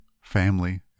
family